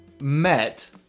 met